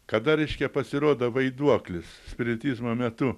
kada reiškia pasirodo vaiduoklis spiritizmo metu